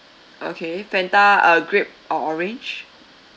okay fanta uh grape or orange